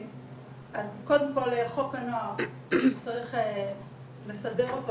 אז קודם כל חוק הנוער, צריך לסדר אותו